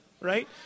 right